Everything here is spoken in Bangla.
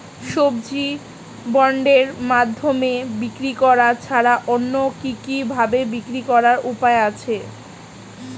সবজি বন্ডের মাধ্যমে বিক্রি করা ছাড়া অন্য কি কি ভাবে বিক্রি করার উপায় আছে?